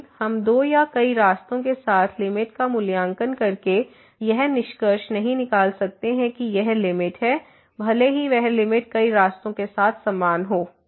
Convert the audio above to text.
लेकिन हम दो या कई रास्तों के साथ लिमिट का मूल्यांकन करके यह निष्कर्ष नहीं निकाल सकते हैं कि यह लिमिट है भले ही वह लिमिट कई रास्तों के साथ समान हो